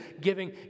Giving